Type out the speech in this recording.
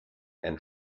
and